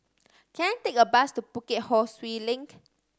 can I take a bus to Bukit Ho Swee Link